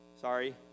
Sorry